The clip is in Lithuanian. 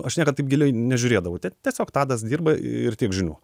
aš niekad taip giliai nežiūrėdavau tie tiesiog tadas dirba ir tiek žinių